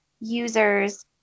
users